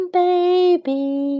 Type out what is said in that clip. baby